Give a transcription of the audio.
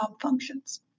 functions